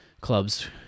clubs